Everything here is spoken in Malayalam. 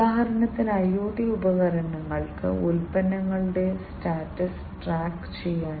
അതിനാൽ ഈ വ്യത്യസ്ത ആക്യുവേറ്ററുകളുടെ കാര്യത്തിൽ ഇലക്ട്രോ ഹൈഡ്രോസ്റ്റാറ്റിക് ആക്ച്വേഷൻ സിസ്റ്റം ഉപയോഗിക്കാം